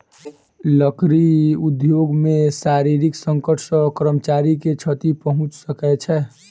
लकड़ी उद्योग मे शारीरिक संकट सॅ कर्मचारी के क्षति पहुंच सकै छै